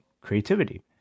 creativity